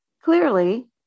Clearly